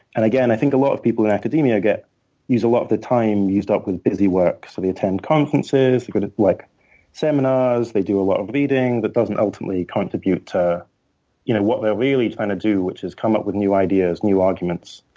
and again, i think a lot of people in academia get a lot of their time used up with busy work, so attend conferences, go to like seminars, they do a lot of reading, that doesn't ultimately contribute to you know what they're really trying to do, which is come up with new ideas, new arguments,